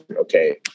Okay